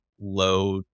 low